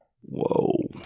Whoa